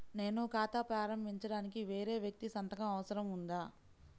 నేను ఖాతా ప్రారంభించటానికి వేరే వ్యక్తి సంతకం అవసరం ఉందా?